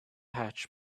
hatch